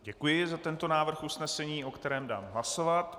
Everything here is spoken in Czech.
Děkuji za tento návrh usnesení, o kterém dám hlasovat.